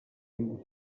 vint